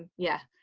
yeah,